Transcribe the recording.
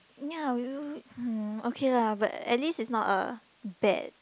ya we we hmm okay lah but at least it's not a bad